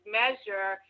measure